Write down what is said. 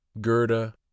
gerda